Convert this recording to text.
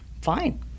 fine